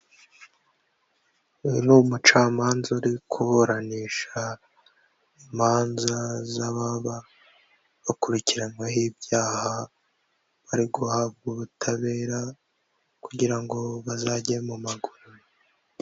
Uyu ni umucamanza uri kuburanisha imanza z'ababa bakurikiranyweho ibyaha bari guhabwa ubutabera kugira ngo bazajye mu magororero.